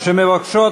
שמבקשות